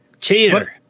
Cheater